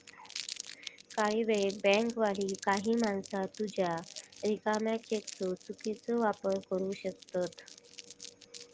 काही वेळेक बँकवाली काही माणसा तुझ्या रिकाम्या चेकचो चुकीचो वापर करू शकतत